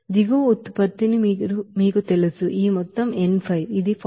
దిగువ ఉత్పత్తి ని మీరు తెలుసు ఈ మొత్తం n5 ఇది 40mol